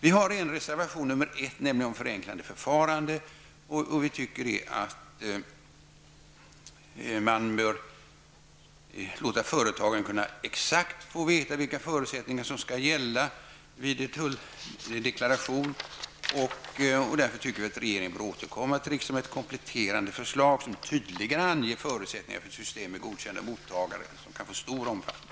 I vår reservation nr 1 om förenklade förfaranden anser vi att man bör låta företagen exakt få veta vilka förutsättningar som skall gälla vid tulldeklaration. Regeringen bör återkomma till riksdagen med kompletterande förslag, som tydligare anger förutsättningarna för ett system med godkända mottagare som kan få stor omfattning.